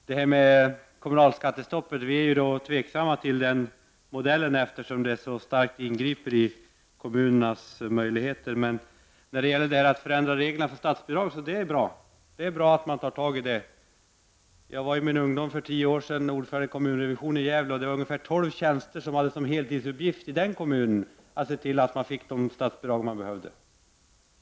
Herr talman! Vi är tveksamma till modellen med kommunalskattestopp, eftersom det så starkt ingriper i kommunernas möjligheter, men det är bra att man förändrar reglerna för statsbidrag — det är bra att man tar tag i det. Jag var i min ungdom, för tio år sedan, ordförande i kommunrevision i Gävle. Det var ungefär tolv tjänster i den kommunen som hade som heltidsuppgift att se till att man fick de statsbidrag man behövde.